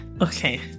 Okay